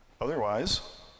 Otherwise